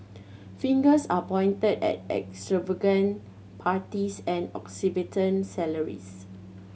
fingers are pointed at extravagant parties and exorbitant salaries